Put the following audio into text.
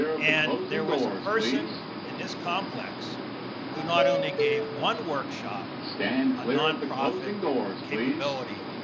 and there was a person in this complex who not only gave one workshop on nonprofit capability,